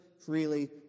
freely